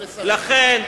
לכן,